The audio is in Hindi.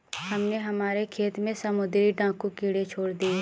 हमने हमारे खेत में समुद्री डाकू कीड़े छोड़ दिए हैं